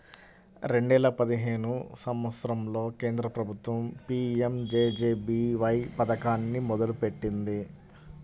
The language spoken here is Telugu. రెండేల పదిహేను సంవత్సరంలో కేంద్ర ప్రభుత్వం పీయంజేజేబీవై పథకాన్ని మొదలుపెట్టింది